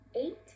eight